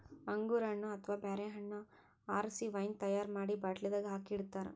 ಅಂಗೂರ್ ಹಣ್ಣ್ ಅಥವಾ ಬ್ಯಾರೆ ಹಣ್ಣ್ ಆರಸಿ ವೈನ್ ತೈಯಾರ್ ಮಾಡಿ ಬಾಟ್ಲಿದಾಗ್ ಹಾಕಿ ಇಡ್ತಾರ